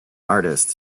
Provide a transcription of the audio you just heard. artist